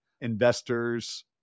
investors